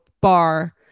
bar